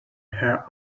her